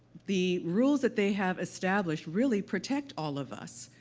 the rules that they have established really protect all of us.